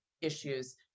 issues